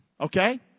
Okay